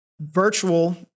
virtual